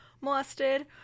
molested